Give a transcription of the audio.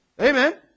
Amen